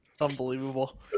Unbelievable